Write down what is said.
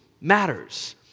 matters